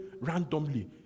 randomly